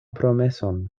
promeson